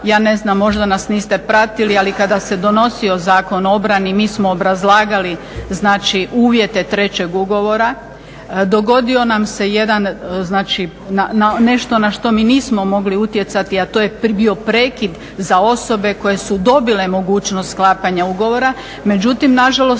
Ja ne znam možda nas niste pratili, ali kada se donosio Zakon o obrani mi smo obrazlagali znači uvjete trećeg ugovora. Dogodilo nam se nešto na što mi nismo mogli utjecati, a to je bio prekid za osobe koje su dobile mogućnost sklapanja ugovora, međutim nažalost